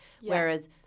Whereas